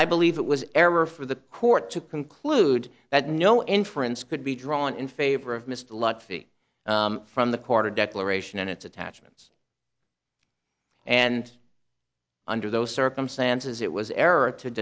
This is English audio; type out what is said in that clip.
i believe it was error for the court to conclude that no inference could be drawn in favor of missed lotfi from the quarter declaration and it's attachments and under those circumstances it was er